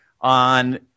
on